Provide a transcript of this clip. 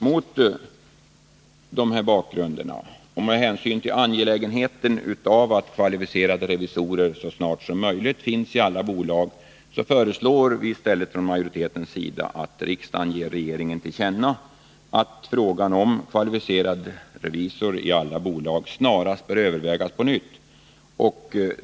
Mot denna bakgrund och med hänsyn till angelägenheten av att kvalificerade revisorer så snart som möjligt finns i alla aktiebolag föreslår utskottsmajoriteten att riksdagen ger regeringen till känna att frågan om kvalificerad revisor i alla aktiebolag snarast bör övervägas på nytt.